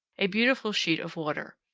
a beautiful sheet of water.